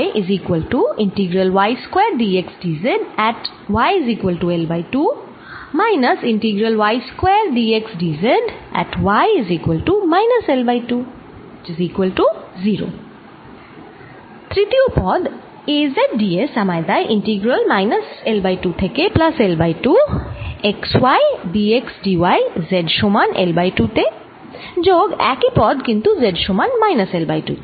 তৃতীয় পদ A z d s আমায় দেয় ইন্টিগ্রাল মাইনাস L বাই 2 থেকে plus L by 2 x y d x d y z সমান L বাই 2 তে যোগ একই পদ কিন্তু z সমান মাইনাস L বাই 2 তে